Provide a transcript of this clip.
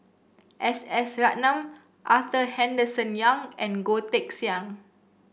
S S Ratnam Arthur Henderson Young and Goh Teck Sian